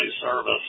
Service